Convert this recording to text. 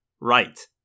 right